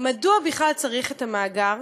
מדוע בכלל צריך את המאגר